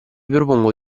propongo